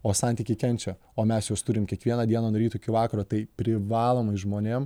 o santykiai kenčia o mes juos turim kiekvieną dieną nuo ryto iki vakaro tai privalomai žmonėm